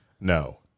No